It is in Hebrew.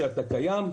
תודיע שאתה קיים,